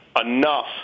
enough